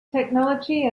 technology